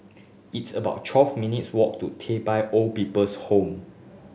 it's about twelve minutes' walk to Old People's Home